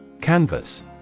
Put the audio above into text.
Canvas